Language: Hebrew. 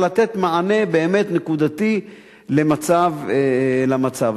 אלא לתת מענה באמת נקודתי למצב הזה.